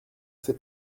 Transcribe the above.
c’est